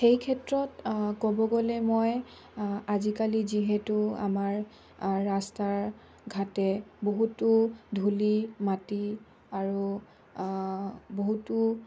সেই ক্ষেত্ৰত ক'ব গ'লে মই আজিকালি যিহেতু আমাৰ ৰাস্তাৰ ঘাটে বহুতো ধূলি মাটি আৰু বহুতো